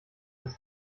des